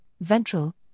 ventral